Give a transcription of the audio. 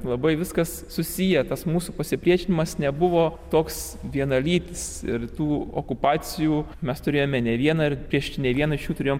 labai viskas susiję tas mūsų pasipriešinimas nebuvo toks vienalytis ir tų okupacijų mes turėjome ne vieną ir prieš ne vieną iš jų turėjome